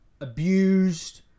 abused